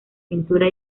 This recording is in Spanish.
pintura